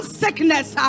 sickness